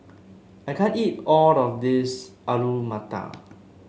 I can't eat all of this Alu Matar